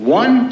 one